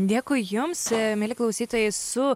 dėkui jums mieli klausytojai su